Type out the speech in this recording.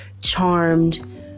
Charmed